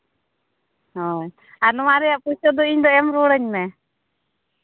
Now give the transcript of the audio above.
ᱦᱳᱭ ᱟᱨ ᱱᱚᱣᱟ ᱨᱮᱭᱟᱜ ᱯᱩᱭᱥᱟᱹ ᱫᱚ ᱤᱧᱫᱚ ᱮᱢ ᱨᱩᱣᱟᱹᱲᱤᱧ ᱢᱮ